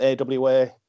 AWA